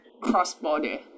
Cross-border